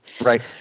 Right